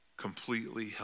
Completely